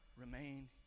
remain